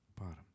Bottom